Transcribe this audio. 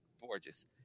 Gorgeous